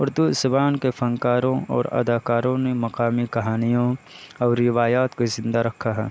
اردو زبان کے فنکاروں اور اداکاروں نے مقامی کہانیوں اور روایات کو زندہ رکھا ہے